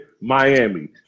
Miami